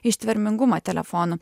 ištvermingumą telefonų